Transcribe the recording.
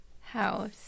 house